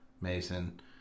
Mason